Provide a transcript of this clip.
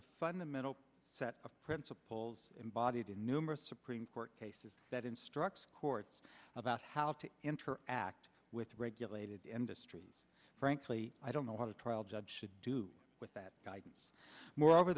a fundamental set of principles embodied in numerous supreme court cases that instructs courts about how to interact with regulated industries frankly i don't know what a trial judge should do with that guidance moreover